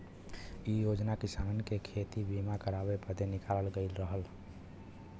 इ योजना किसानन के खेती के बीमा करावे बदे निकालल गयल रहल